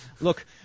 look